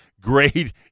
great